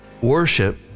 worship